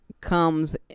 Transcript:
comes